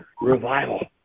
revival